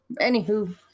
anywho